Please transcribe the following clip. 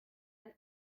ein